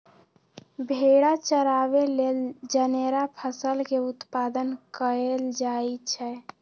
भेड़ा चराबे लेल जनेरा फसल के उत्पादन कएल जाए छै